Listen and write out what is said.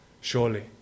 Surely